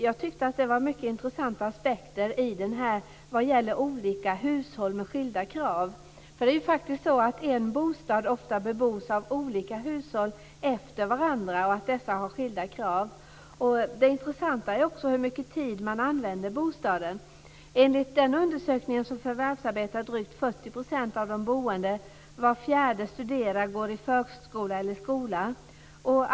Jag tycker att den tar upp många intressanta aspekter vad gäller olika hushåll med skilda krav, för det är ju faktiskt så att en bostad ofta bebos av olika hushåll efter varandra och att dessa har skilda krav. Det intressanta är också hur mycket tid man använder i bostaden. av de boende, var fjärde studerar, går i förskola eller skola.